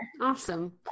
Awesome